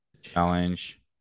Challenge